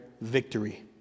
victory